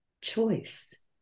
choice